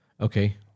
Okay